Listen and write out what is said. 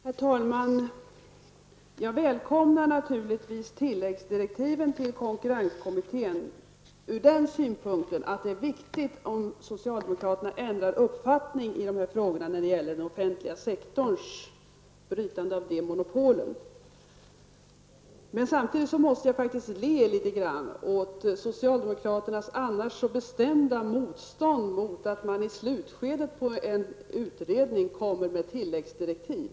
Herr talman! Jag välkomnar naturligtvis tillläggsdirektiven till konkurrenskommittén ur den synpunkten att det är viktigt om socialdemokraterna ändrar uppfattning i de här frågorna när det gäller brytande av den offentliga sektorns monopol. Samtidigt måste jag faktiskt le litet grand åt socialdemokraternas annars så bestämda motstånd mot att man i slutskedet på en utredning kommer med tilläggsdirektiv.